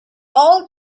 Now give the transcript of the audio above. all